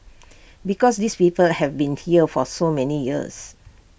because these people have been here for so many years